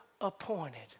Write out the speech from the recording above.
appointed